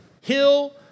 Hill